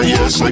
Yes